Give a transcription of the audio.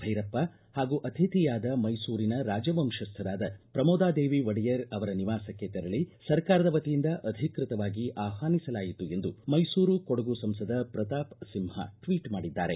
ಭೈರಪ್ಪ ಹಾಗೂ ಅತಿಥಿಯಾದ ಮೈಸೂರಿನ ರಾಜ ವಂಶಸ್ಥರಾದ ಪ್ರಮೋದಾದೇವಿ ಒಡೆಯರ್ ಅವರ ನಿವಾಸಕ್ಕೆ ತೆರಳಿ ಸರ್ಕಾರದ ವತಿಯಿಂದ ಅಧಿಕೃತವಾಗಿ ಆಹ್ವಾನಿಸಲಾಯಿತು ಎಂದು ಮೈಸೂರು ಕೊಡಗು ಸಂಸದ ಪ್ರತಾಪ್ ಸಿಂಹ ಟ್ವೀಟ್ ಮಾಡಿದ್ದಾರೆ